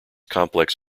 complex